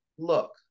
Look